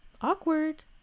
awkward